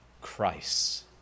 Christ